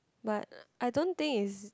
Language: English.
but I don't think it's